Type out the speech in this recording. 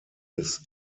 des